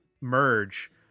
Merge